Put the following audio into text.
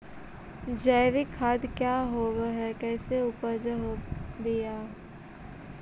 जैविक खाद क्या होब हाय कैसे उपज हो ब्हाय?